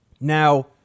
Now